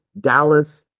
Dallas